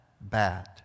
bad